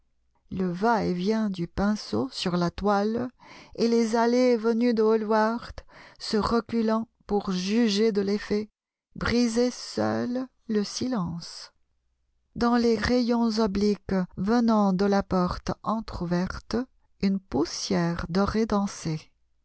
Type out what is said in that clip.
le va-et-vient du pinceau sur la toile et les allées et venues de hallward se reculant pour juger de l'effet brisaient seuls le silence dans les rayons obliques venant de la porte entr'ouverte une poussière dorée dansait